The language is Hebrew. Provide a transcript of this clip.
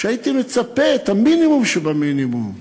והייתי מצפה למינימום שבמינימום.